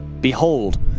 Behold